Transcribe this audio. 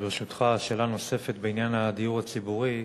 ברשותך, שאלה נוספת בעניין הדיור הציבורי,